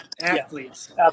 athletes